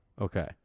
Okay